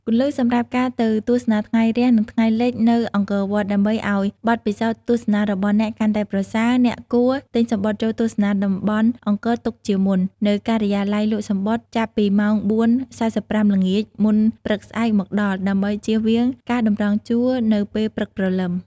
គន្លឹះសម្រាប់ការទៅទស្សនាថ្ងៃរះ និងថ្ងៃលិចនៅអង្គរវត្ត៖ ដើម្បីឲ្យបទពិសោធន៍ទស្សនារបស់អ្នកកាន់តែប្រសើរ អ្នកគួរ ទិញសំបុត្រចូលទស្សនាតំបន់អង្គរទុកជាមុន នៅការិយាល័យលក់សំបុត្រចាប់ពីម៉ោង ៤:៤៥ ល្ងាច មុនព្រឹកស្អែកមកដល់ ដើម្បីជៀសវាងការតម្រង់ជួរនៅពេលព្រឹកព្រលឹម។